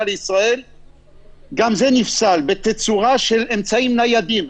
לישראל וגם זה נפסל בתצורה של אמצעים ניידים.